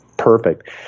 perfect